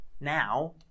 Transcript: now